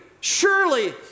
surely